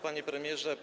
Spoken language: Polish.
Panie Premierze!